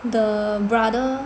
的 brother